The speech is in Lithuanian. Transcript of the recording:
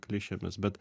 klišėmis bet